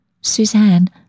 Suzanne